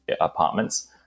apartments